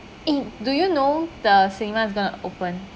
eh do you know the cinema is going to open